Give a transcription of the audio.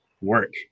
work